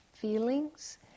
feelings